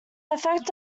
effect